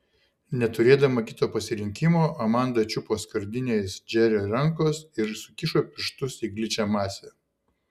neturėdama kito pasirinkimo amanda čiupo skardinę iš džerio rankos ir sukišo pirštus į gličią masę